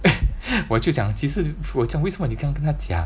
我就讲其实我讲为什么你这样跟他讲